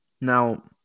Now